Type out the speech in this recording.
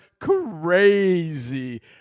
crazy